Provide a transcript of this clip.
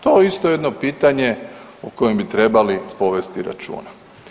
To je isto jedno pitanje o kojem bi trebali povesti računa.